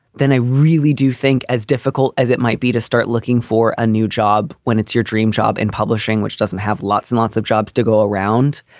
then i really do think, as difficult as it might be to start looking for a new job when it's your dream job in publishing, which doesn't have lots and lots of jobs to go around.